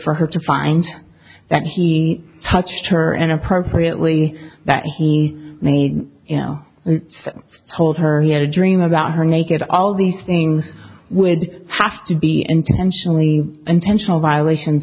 for her to find that he touched her inappropriately that he needed some hold her he had a dream about her naked all these things would have to be intentionally intentional violation